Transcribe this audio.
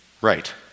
right